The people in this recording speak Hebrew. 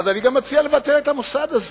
אז אני גם מציע לבטל את המוסד הזה.